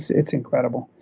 it's incredible.